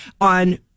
on